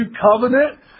covenant